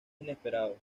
inesperado